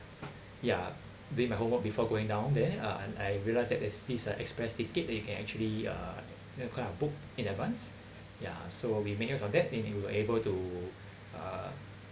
ya doing my homework before going down there uh and I realised that there's this uh express ticket that you can actually uh kind of book in advance ya so we make use of that then you were able to uh